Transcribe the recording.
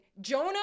Jonah